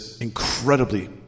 incredibly